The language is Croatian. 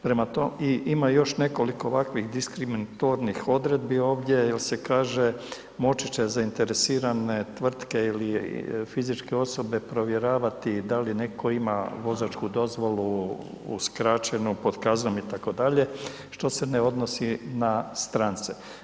Prema tome, i ima još nekoliko ovakvih diskriminatornih odredbi ovdje jer se kaže, moći će zainteresirane tvrtke ili fizičke osobe provjeravati da li netko ima vozačku dozvolu uskraćenu pod kaznom itd., što se ne odnosni na strance.